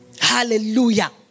Hallelujah